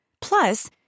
Plus